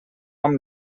amb